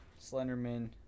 Slenderman